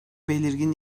belirgin